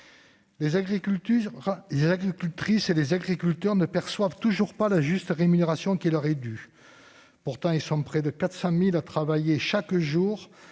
Les agricultrices et les agriculteurs ne perçoivent toujours pas la juste rémunération qui leur est due. Pourtant, ils sont près de 400 000 à travailler chaque jour